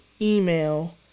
email